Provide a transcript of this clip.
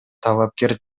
талапкер